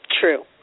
True